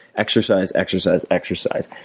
exercise, exercise, exercise.